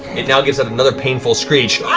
it now gives out another painful screech